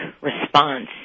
response